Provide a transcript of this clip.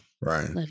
Right